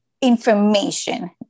information